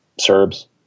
Serbs